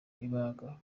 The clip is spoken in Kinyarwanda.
ibanga